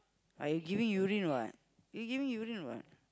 I giving urine what you giving urine what